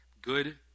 good